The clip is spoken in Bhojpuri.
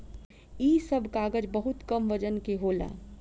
इ सब कागज बहुत कम वजन के होला